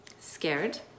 scared